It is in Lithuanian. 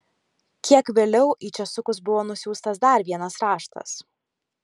kiek vėliau į česukus buvo nusiųstas dar vienas raštas